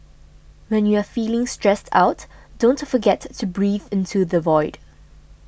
when you are feeling stressed out don't forget to breathe into the void